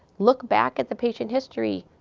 look back at the patient history.